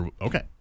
Okay